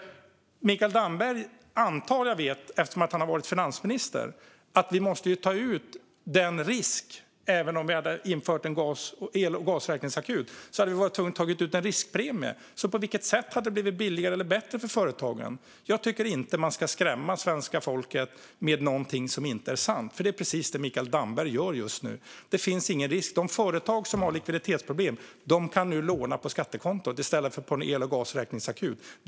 Eftersom Mikael Damberg har varit finansminister antar jag att han vet att vi måste ta ut en riskpremie även för en el och gasräkningsakut. På vilket sätt hade det blivit billigare eller bättre för företagen? Jag tycker inte att man ska skrämma svenska folket med något som inte är sant, och det är precis vad Mikael Damberg gör just nu. Det finns ingen risk. De företag som har likviditetsproblem kan nu låna på skattekontot i stället för på en el och gasräkningsakut.